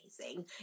amazing